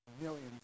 millions